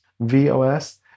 V-O-S